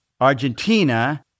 Argentina